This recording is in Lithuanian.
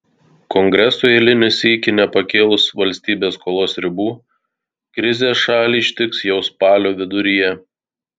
kongresui eilinį sykį nepakėlus valstybės skolos ribų krizė šalį ištiks jau spalio viduryje